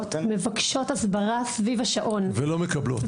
מבקשות הסברה סביב השעון -- ולא מקבלות.